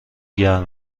گرم